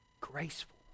graceful